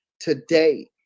today